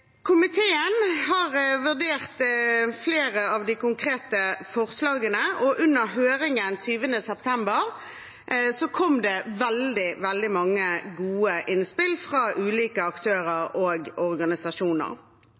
Komiteen har vurdert flere av de konkrete forslagene, og under høringen 20. september kom det veldig mange gode innspill fra ulike aktører og organisasjoner.